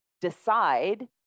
decide